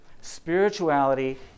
spirituality